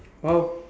!wow!